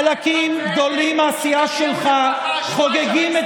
חלקים גדולים מהסיעה שלך חוגגים את